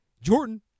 Jordan